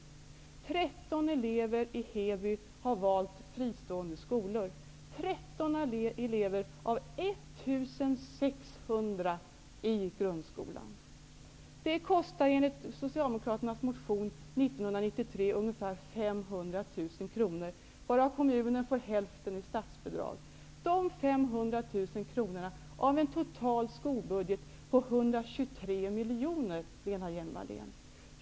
I Heby har 13 elever valt fristående skolor, 13 elever av 1 600 i grundskolan. Det kostar enligt Socialdemokraternas motion ca 500 000 kr år 1993, varav kommunen får hälften i statsbidrag. Det är 500 000 kronor av en total skolbudget på 123 miljoner, Lena Hjelm-Wallén.